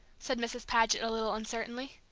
said mrs. paget, a little uncertainly.